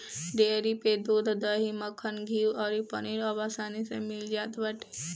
dairy पे दूध, दही, मक्खन, घीव अउरी पनीर अब आसानी में मिल जात बाटे